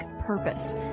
purpose